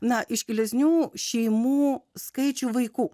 na iškilesnių šeimų skaičių vaikų